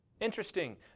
Interesting